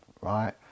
right